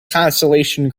constellation